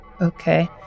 Okay